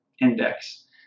index